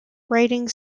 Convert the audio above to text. writing